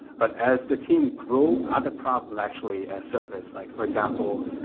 but as the team grow, other problems actually ah surfaced. like for example,